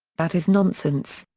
that is nonsense.